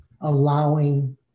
allowing